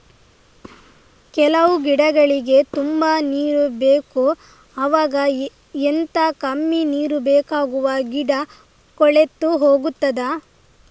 ಕೆಲವು ಗಿಡಗಳಿಗೆ ತುಂಬಾ ನೀರು ಬೇಕು ಅವಾಗ ಎಂತ, ಕಮ್ಮಿ ನೀರು ಬೇಕಾಗುವ ಗಿಡ ಕೊಳೆತು ಹೋಗುತ್ತದಾ?